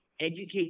educate